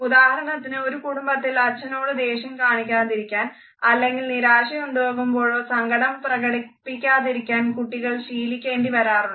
ഉദാഹരണത്തിന് ഒരു കുടുംബത്തിൽ അച്ഛനോട് ദേഷ്യം കാണിക്കാതിരിക്കാൻ അല്ലെങ്കിൽ നിരാശയുണ്ടാകുമ്പോ സങ്കടം പ്രകടിപ്പിക്കാതിരിക്കാൻ കുട്ടികൾ ശീലിക്കേണ്ടി വരാറുണ്ട്